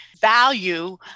value